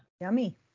yummy